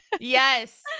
yes